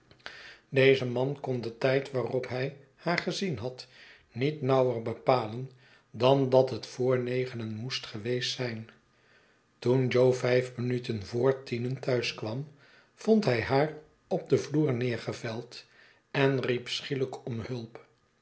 deze man kon dentijd waarop hij haar gezien had niet nauwer bepalen dan dat het vr negenen moest geweest zijn toen jo vijf minuten vr tienen thuis kwam vond hij haar op den vloer neergeveld en riep schielijk om hulp